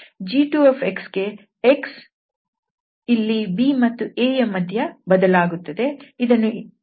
g2ಗೆ x ಇಲ್ಲಿ b ಮತ್ತು a ಯ ಮಧ್ಯೆ ಬದಲಾಗುತ್ತದೆ